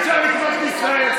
שלא טיפלתם בשום דבר,